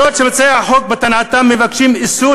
אף שמציעי החוק בטענתם מבקשים איסור